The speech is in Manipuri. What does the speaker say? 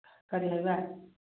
ꯀꯔꯤ ꯍꯥꯏꯕ